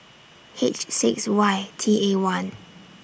H six Y T A one